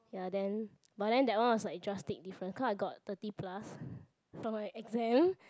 ya then but then that one was like drastic difference because I got like thirty plus for my exam